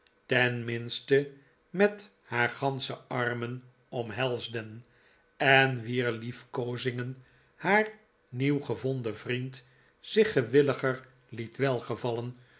met haar ganschearmen omhelsden en wier liefkoozingen haar nieuw gevonden vriend zicb gewilliger liet welgevallen